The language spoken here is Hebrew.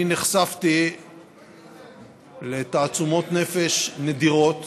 אני נחשפתי לתעצומות נפש נדירות,